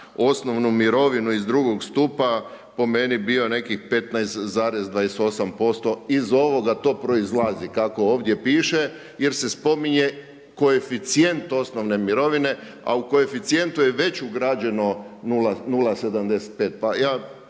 osnovnu mirovinu iz drugog stupa po meni bio nekih 15,28%, iz ovoga to proizlazi, kako ovdje piše, jer se spominje koeficijent osnovne mirovine, a u koeficijentu je već ugrađeno 0,75,